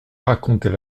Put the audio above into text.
raconter